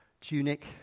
tunic